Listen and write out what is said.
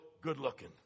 good-looking